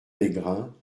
mégrin